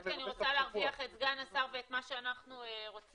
פשוט כי אני רוצה להרוויח את סגן השר ואת מה שאנחנו רוצים